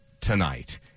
tonight